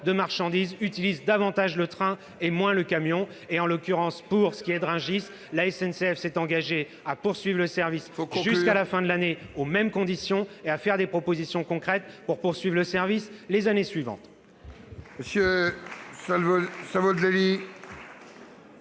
de marchandises utilisent davantage le train et moins le camion. En l'occurrence, pour ce qui est de Rungis, la SNCF s'est engagée à poursuivre le service ... Il faut conclure !... jusqu'à la fin de l'année, aux mêmes conditions, et à faire des propositions concrètes pour poursuivre le service les années suivantes.